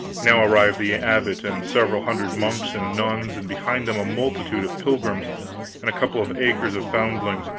now arrived the abbot and several hundred monks and nuns, and behind them a multitude of pilgrims and a couple of acres of foundlings,